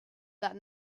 that